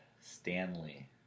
Stanley